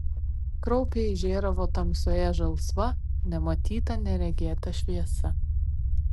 kraupiai žėravo tamsoje žalsva nematyta neregėta šviesa